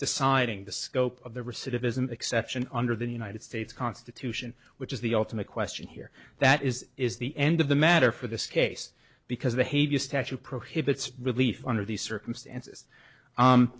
deciding the scope of the recidivism exception under the new united states constitution which is the ultimate question here that is is the end of the matter for this case because the hague a statute prohibits relief under these circumstances